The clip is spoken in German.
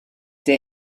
der